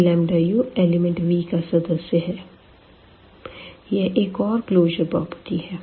यह u element V का सदस्य है यह एक और क्लोज़र प्रॉपर्टी है